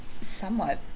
somewhat